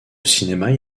cinéma